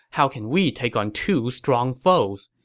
how can we take on two strong foes?